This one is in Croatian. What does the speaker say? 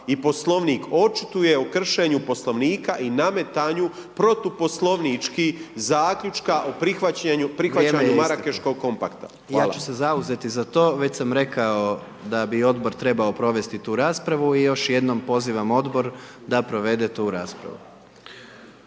i Poslovnik očituje o kršenju Poslovnika i nametanju protuposlovnički zaključka o prihvaćanju…/Upadica: Vrijeme je isteklo/… Marakeškog kompakta. **Jandroković, Gordan (HDZ)** Ja ću se zauzeti za to, već samo rekao da bi Odbor trebao provesti tu raspravu i još jednom pozivam Odbor da provede tu raspravu.